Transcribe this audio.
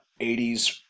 80s